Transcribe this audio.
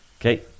Okay